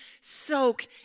soak